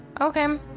Okay